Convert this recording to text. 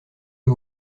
que